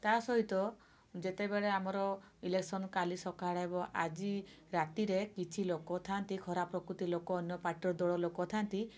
ତା' ସହିତ ଯେତେବେଳେ ଆମର ଇଲେକ୍ସନ କାଲି ସକାଳେ ହେବ ଆଜି ରାତିରେ କିଛି ଲୋକ ଥାଆନ୍ତି ଖରାପ ପ୍ରକୃତି ଲୋକ ଅନ୍ୟ ପାର୍ଟିର ଦଳ ଲୋକ ଥାଆନ୍ତି